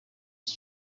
iki